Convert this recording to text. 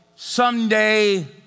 Someday